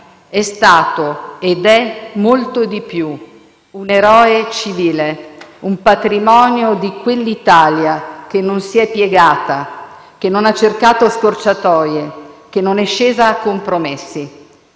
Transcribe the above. È stato ed è molto di più: un eroe civile, un patrimonio di quell'Italia che non si è piegata, che non ha cercato scorciatoie e che non è scesa a compromessi.